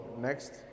Next